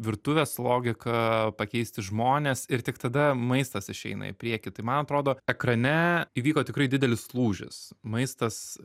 virtuvės logiką pakeisti žmones ir tik tada maistas išeina į priekį tai man atrodo ekrane įvyko tikrai didelis lūžis maistas